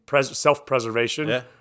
self-preservation